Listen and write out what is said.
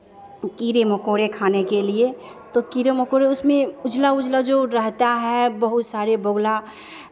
कीड़े मकोड़े खाने के लिये तो कीड़े मकोड़े उसमें उजला उजला जो रहता है बहुत सारे बगुला